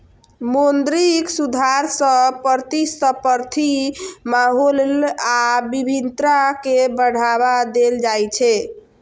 मौद्रिक सुधार सं प्रतिस्पर्धी माहौल आ विविधता कें बढ़ावा देल जाइ छै